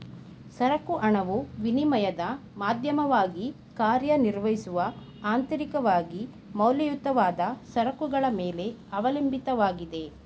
ಸರಕು ಹಣವು ವಿನಿಮಯದ ಮಾಧ್ಯಮವಾಗಿ ಕಾರ್ಯನಿರ್ವಹಿಸುವ ಅಂತರಿಕವಾಗಿ ಮೌಲ್ಯಯುತವಾದ ಸರಕುಗಳ ಮೇಲೆ ಅವಲಂಬಿತವಾಗಿದೆ